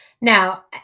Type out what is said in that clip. Now